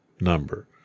number